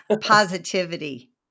Positivity